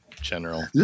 general